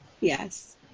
Yes